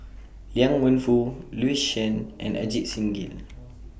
Liang Wenfu Louis Chen and Ajit Singh Gill